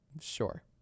sure